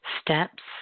steps